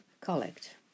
Collect